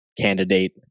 candidate